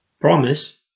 Promise